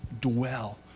Dwell